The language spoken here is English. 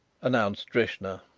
announced drishna.